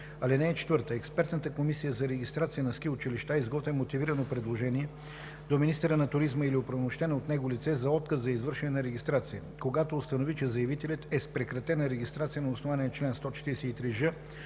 отстранени. (4) Експертната комисия за регистрация на ски училища изготвя мотивирано предложение до министъра на туризма или оправомощено от него лице за отказ за извършване на регистрация, когато установи, че заявителят е с прекратена регистрация на основание чл. 143ж,